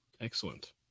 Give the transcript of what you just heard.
excellent